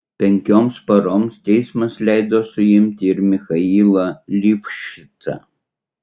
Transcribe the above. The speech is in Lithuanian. penkioms paroms teismas leido suimti ir michailą livšicą